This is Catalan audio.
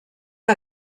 que